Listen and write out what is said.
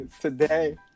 Today